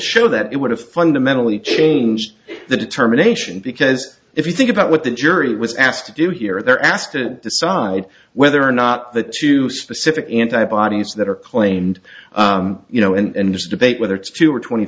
show that it would have fundamentally changed the determination because if you think about what the jury was asked to do here they're asked to decide whether or not the two specific anti bodies that are claimed you know and this debate whether two or twenty